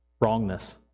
wrongness